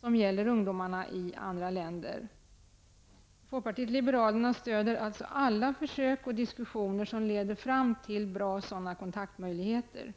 som gäller för ungdomar i andra länder. Folkpartiet liberalerna stöder alla försök och diskussioner som leder fram till bra kontaktmöjligheter.